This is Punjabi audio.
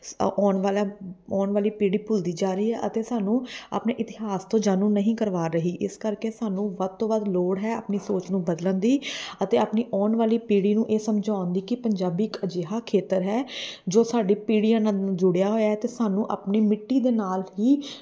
ਆਉਣ ਵਾਲਾ ਆਉਣ ਵਾਲੀ ਪੀੜੀ ਭੁੱਲਦੀ ਜਾ ਰਹੀ ਹੈ ਅਤੇ ਸਾਨੂੰ ਆਪਣੇ ਇਤਿਹਾਸ ਤੋਂ ਜਾਣੂ ਨਹੀਂ ਕਰਵਾ ਰਹੀ ਇਸ ਕਰਕੇ ਸਾਨੂੰ ਵੱਧ ਤੋਂ ਵੱਧ ਲੋੜ ਹੈ ਆਪਣੀ ਸੋਚ ਨੂੰ ਬਦਲਣ ਦੀ ਅਤੇ ਆਪਣੀ ਆਉਣ ਵਾਲੀ ਪੀੜੀ ਨੂੰ ਇਹ ਸਮਝਾਉਣ ਦੀ ਕਿ ਪੰਜਾਬੀ ਇੱਕ ਅਜਿਹਾ ਖੇਤਰ ਹੈ ਜੋ ਸਾਡੀ ਪੀੜੀਆਂ ਨਾਲ ਜੁੜਿਆ ਹੋਇਆ ਅਤੇ ਸਾਨੂੰ ਆਪਣੀ ਮਿੱਟੀ ਦੇ ਨਾਲ ਹੀ